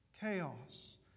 chaos